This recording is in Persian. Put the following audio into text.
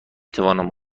توانم